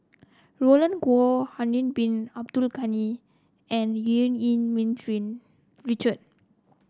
Roland Goh Harun Bin Abdul Ghani and Eu Yee Ming Richard